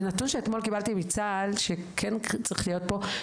ונתון שאתמול קיבלתי מצה"ל, שכן צריך להיות פה,